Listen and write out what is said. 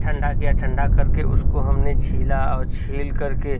ठंडा किया ठंडा करके उसको हमने छीला और छील करके